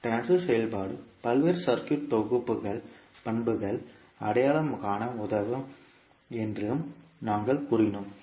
transfer செயல்பாடு பல்வேறு circuit தொகுப்புகள் பண்புகளை அடையாளம் காண உதவும் என்றும் நாங்கள் கூறினோம்